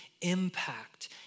impact